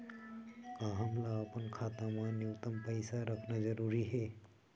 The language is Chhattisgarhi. का हमला अपन खाता मा न्यूनतम पईसा रखना जरूरी हे?